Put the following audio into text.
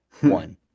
one